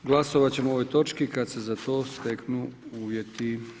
Glasovat ćemo o ovoj točki kad se za to steknu uvjeti.